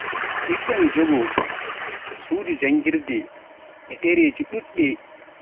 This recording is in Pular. Igga mi jogoo suudu janngirde e ɗereejii ɗuɗɗi.